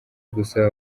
gusaba